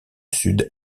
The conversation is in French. sud